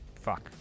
fuck